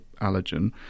allergen